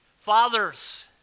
Fathers